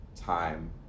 time